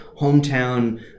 hometown